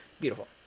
beautiful